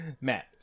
matt